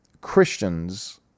Christians